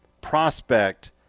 prospect